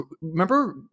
remember